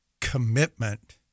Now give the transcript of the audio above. commitment